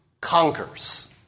conquers